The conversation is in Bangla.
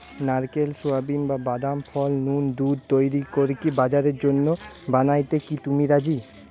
নারকেল, সুয়াবিন, বা বাদাম ফল নু দুধ তইরি করিকি বাজারের জন্য বানানিয়াতে কি তুমি রাজি?